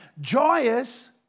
Joyous